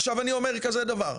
עכשיו אני אומר כזה דבר,